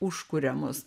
užkuria mus